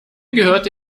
gehörte